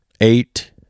eight